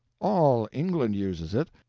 all england uses it,